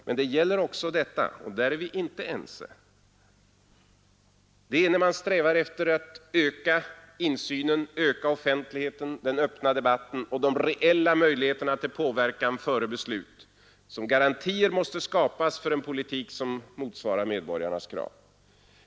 Men det är — och där är vi inte ense — när man strävar efter ökad insyn, ökad offentlighet, öppen debatt och reella möjligheter till påverkan före beslut som garantier skapas för en politik som motsvarar medborgarnas krav.